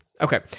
Okay